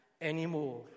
anymore